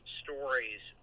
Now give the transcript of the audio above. stories